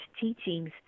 teachings